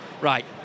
Right